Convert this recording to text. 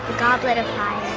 goblet of